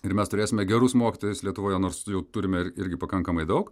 ir mes turėsime gerus mokytojus lietuvoje nors jų turime ir irgi pakankamai daug